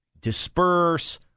Disperse